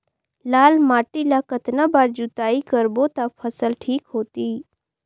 लाल माटी ला कतना बार जुताई करबो ता फसल ठीक होती?